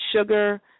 sugar